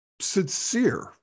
sincere